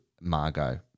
margot